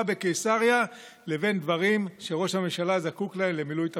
בקיסריה לבין דברים שראש הממשלה זקוק להם למילוי תפקידו.